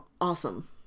awesome